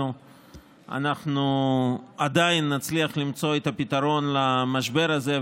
אנחנו עדיין נצליח למצוא את הפתרון למשבר הזה,